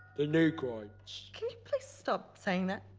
the negroids. can you please stop saying that?